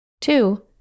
Two